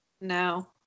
No